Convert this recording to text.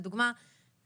לדוגמה,